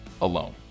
alone